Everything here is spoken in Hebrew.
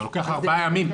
זה לוקח ארבעה ימים.